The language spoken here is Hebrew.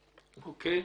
אוקיי.